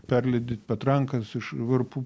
perlydyt patrankas iš varpų